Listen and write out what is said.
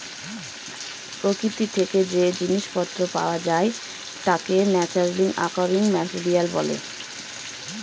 প্রকৃতি থেকে যে জিনিস পত্র পাওয়া যায় তাকে ন্যাচারালি অকারিং মেটেরিয়াল বলে